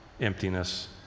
emptiness